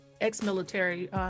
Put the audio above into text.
ex-military